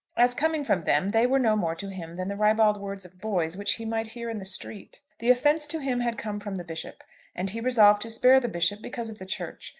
as coming from them, they were no more to him than the ribald words of boys which he might hear in the street. the offence to him had come from the bishop and he resolved to spare the bishop because of the church.